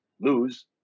lose